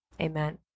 amen